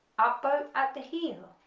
up bow at the heel